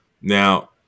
Now